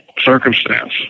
circumstance